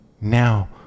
now